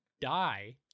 die